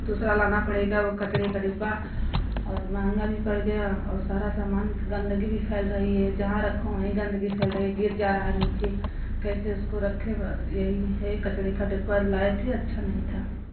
अब दूसरा लाना पड़ेगा वह कचड़े का डिब्बा और महंगा भी पड़ गया और सारा समान गंदगी भी फैल रही है जहाँ रखो वहीं गंदगी फैल रही गिर जा रहा है नीचे कैसे उसको रखें यही है कचड़े का डिब्बा लाए थे अच्छा नहीं था